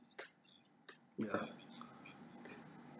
ya